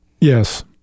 Yes